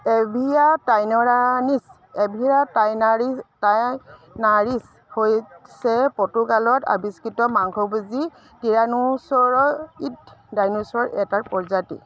Aviatyrannis Aviatyrannis হৈছে পৰ্তুগালত আৱিষ্কৃত মাংসভোজী টিৰানোচ'ৰইড ডাইন'ছ'ৰৰ এটা প্ৰজাতি